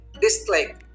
dislike